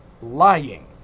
lying